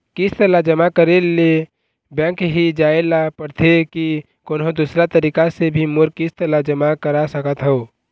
किस्त ला जमा करे ले बैंक ही जाए ला पड़ते कि कोन्हो दूसरा तरीका से भी मोर किस्त ला जमा करा सकत हो?